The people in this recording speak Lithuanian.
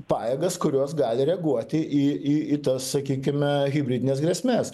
pajėgas kurios gali reaguoti į į į tas sakykime hibridines grėsmes